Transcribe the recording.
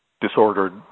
disordered